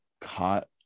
caught